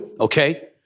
Okay